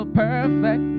perfect